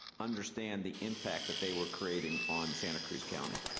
understand the impact that they were creating on santa cruz county.